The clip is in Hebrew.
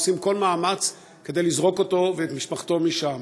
עושים כל מאמץ כדי לזרוק אותו ואת משפחתו משם.